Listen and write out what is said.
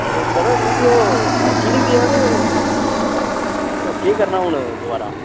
ओह् सर मिगी ओह् फर्क ई नी पेआ केह् करना हून दोबारा